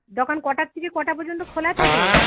দোকান কটার থেকে কটা পর্যন্ত খোলা থাকে